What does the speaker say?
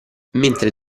mentre